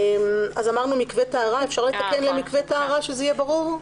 אפשר לתקן ל"מקווה טהרה" שזה יהיה ברור?